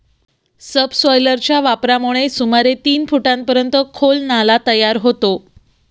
सबसॉयलरच्या वापरामुळे सुमारे तीन फुटांपर्यंत खोल नाला तयार होतो